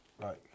Right